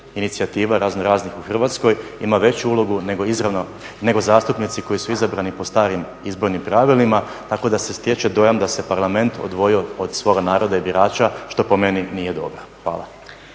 inicijativa razno raznih u Hrvatskoj ima veću ulogu nego izravno, nego zastupnici koji su izabrani po starim izbornim pravilima tako da se stječe dojam da se parlament odvojio od svoga naroda i birača što po meni nije dobro. Hvala.